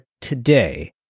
today